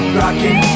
rocking